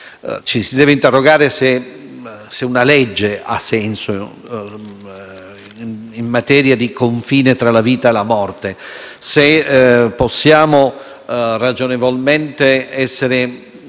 Ci si deve interrogare se una legge abbia senso in materia di confine tra la vita e la morte; se possiamo ragionevolmente essere